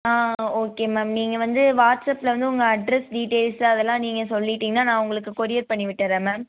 ஆ okay ma'am நீங்கள் வந்து வாட்ஸ் ஆப்பில் வந்து உங்கள் அட்ரெஸ் டீடெயில்ஸ் அதெல்லாம் நீங்கள் சொல்லிவிட்டீங்கனா நான் வந்து கொரியர் பண்ணிவிட்டர்றேன் மேம்